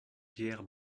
pierre